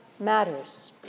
matters